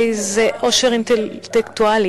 איזה עושר אינטלקטואלי,